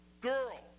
girl